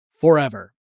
forever